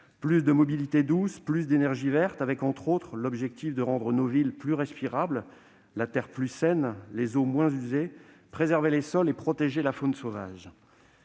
plus de mobilités douces et plus d'énergie verte, avec, entre autres, l'objectif de rendre nos villes plus respirables, la terre plus saine, les eaux moins usées, de préserver les sols et de protéger la faune sauvage.